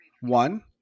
One